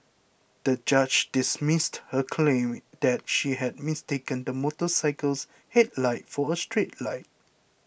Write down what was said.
the judge dismissed her claim that she had mistaken the motorcycle's headlight for a street light